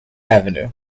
avenue